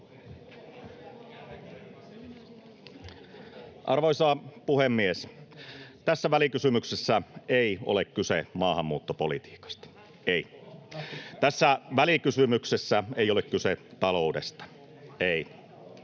Arvoisa puhemies! Tässä välikysymyksessä ei ole kyse maahanmuuttopolitiikasta — ei. Tässä välikysymyksessä ei ole kyse taloudesta — ei.